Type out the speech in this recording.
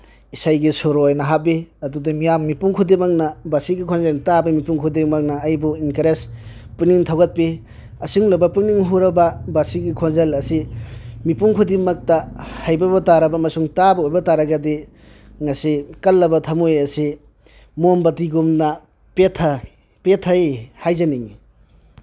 ꯏꯁꯩꯒꯤ ꯁꯨꯔ ꯑꯣꯏꯅ ꯍꯥꯞꯄꯤ ꯑꯗꯨꯗ ꯃꯤꯌꯥꯝ ꯃꯤꯄꯨꯝ ꯈꯨꯗꯤꯡꯃꯛꯅ ꯕꯥꯁꯤꯒꯤ ꯈꯣꯟꯖꯦꯜ ꯇꯥꯕ ꯃꯤꯄꯨꯝ ꯈꯨꯗꯤꯡꯃꯛꯅ ꯑꯩꯕꯨ ꯏꯟꯀꯔꯦꯖ ꯄꯨꯛꯅꯤꯡ ꯊꯧꯒꯠꯄꯤ ꯑꯁꯤꯒꯨꯝꯂꯕ ꯄꯨꯛꯅꯤꯡ ꯍꯨꯔꯕ ꯕꯥꯁꯤꯒꯤ ꯈꯣꯟꯖꯦꯜ ꯑꯁꯤ ꯃꯤꯄꯨꯝ ꯈꯨꯗꯤꯡꯃꯛꯇ ꯍꯩꯕ ꯇꯥꯔꯕ ꯑꯃꯁꯨꯡ ꯇꯥꯕ ꯑꯣꯏꯕ ꯇꯥꯔꯒꯗꯤ ꯉꯁꯤ ꯀꯜꯂꯕ ꯊꯝꯃꯣꯏ ꯑꯁꯤ ꯃꯣꯝꯕꯇꯤꯒꯨꯝꯅ ꯄꯦꯠꯊꯩ ꯍꯥꯏꯖꯅꯤꯡꯉꯤ